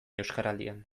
euskaraldian